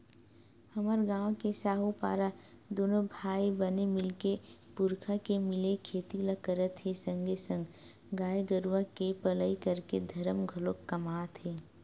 हमर गांव के साहूपारा दूनो भाई बने मिलके पुरखा के मिले खेती ल करत हे संगे संग गाय गरुवा के पलई करके धरम घलोक कमात हे